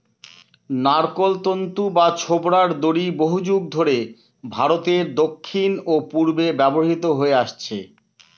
নারকোল তন্তু বা ছোবড়ার দড়ি বহুযুগ ধরে ভারতের দক্ষিণ ও পূর্বে ব্যবহৃত হয়ে আসছে